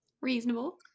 Reasonable